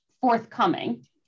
forthcoming